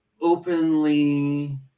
openly